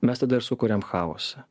mes tada ir sukuriam chaosą